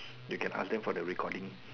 you can ask them for the recording